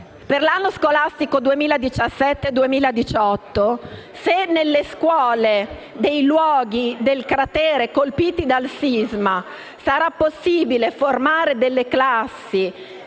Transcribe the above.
per l'anno scolastico 2017-2018 nelle scuole del cratere colpito dal sisma sarà possibile formare delle classi